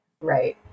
right